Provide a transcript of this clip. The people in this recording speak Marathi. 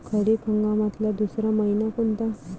खरीप हंगामातला दुसरा मइना कोनता?